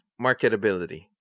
marketability